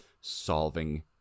solving